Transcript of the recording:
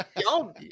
y'all